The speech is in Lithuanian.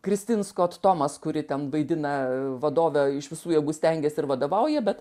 kristin skot tomas kuri ten vaidina vadovę iš visų jėgų stengiasi ir vadovauja bet